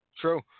True